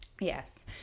Yes